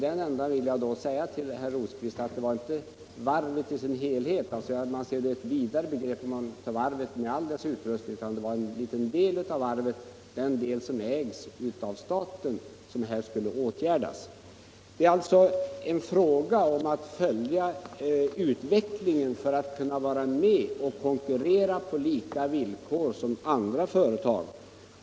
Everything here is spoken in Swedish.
Jag vill säga till herr Rosqvist att de åtgärder som skulle vidtas inte avser varvet i vidare bemärkelse, med all den utrustning som ingår i detta, utan en liten del härav som ägs av staten. Det gäller möjligheterna för företaget att följa utvecklingen och konkurrera på samma villkor som gäller för andra företag.